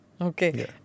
Okay